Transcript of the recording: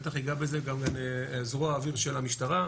בטח ייגע בזה גם זרוע האוויר של המשטרה.